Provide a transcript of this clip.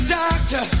doctor